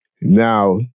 Now